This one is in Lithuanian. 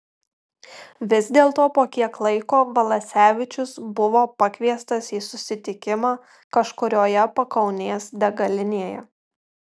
vis dėlto po kiek laiko valasevičius buvo pakviestas į susitikimą kažkurioje pakaunės degalinėje